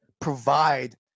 provide